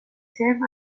ترم